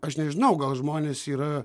aš nežinau gal žmonės yra